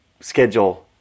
schedule